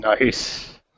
Nice